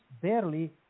barely